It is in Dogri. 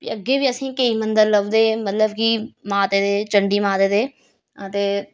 ते अग्गें बी असेंगी केईं मंदर लभदे मतलब कि माता दे चण्डी माता दे ते